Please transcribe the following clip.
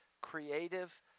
creative